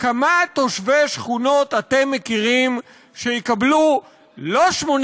"כמה תושבי שכונות אתם מכירים שיקבלו לא 80